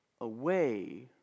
away